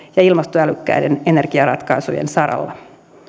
ja ilmastoälykkäiden energiaratkaisujen saralla